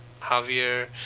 Javier